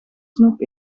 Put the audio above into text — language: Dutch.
snoep